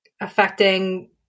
affecting